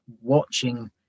watching